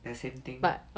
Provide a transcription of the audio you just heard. the same thing